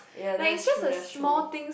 ya that is true that's true